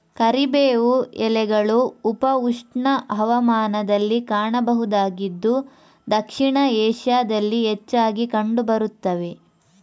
ಕರಿಬೇವು ಎಲೆಗಳು ಉಪ ಉಷ್ಣ ಹವಾಮಾನದಲ್ಲಿ ಕಾಣಬಹುದಾಗಿದ್ದು ದಕ್ಷಿಣ ಏಷ್ಯಾದಲ್ಲಿ ಹೆಚ್ಚಾಗಿ ಕಂಡು ಬರುತ್ತವೆ